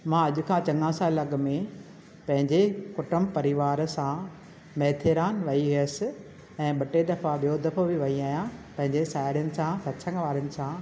मां अॼु खां चङा सालु अॻु में पंहिंजे कुटुंब परिवार सां माथेरान वेई हुअसि ऐं ॿ टे दफ़ा ॿियो दफ़ो बि वेई आहियां पंहिंजे साहिड़ियुनि सां वारियुनि सां